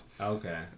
Okay